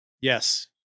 Yes